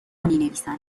مینویسم